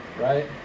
right